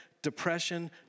depression